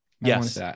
yes